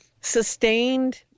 sustained